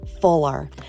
Fuller